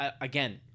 Again